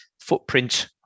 footprint